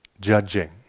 judging